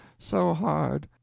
so hard.